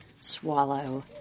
swallow